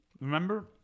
remember